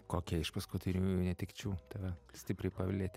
kokia iš paskutiniųjų netekčių tave stipriai palietė